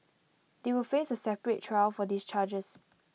they will face A separate trial for these charges